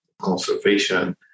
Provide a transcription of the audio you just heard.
conservation